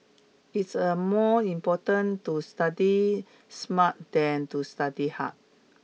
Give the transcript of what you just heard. it's a more important to study smart than to study hard